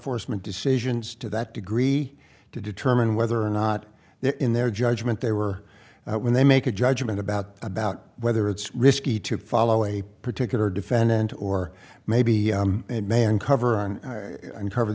enforcement decisions to that degree to determine whether or not they're in their judgment they were when they make a judgment about about whether it's risky to follow a particular defendant or maybe it may uncover and cover